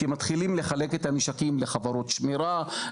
כי מתחילים לחלק את הנשקים לחברות שמירה,